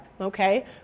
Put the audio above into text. Okay